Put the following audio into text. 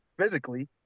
physically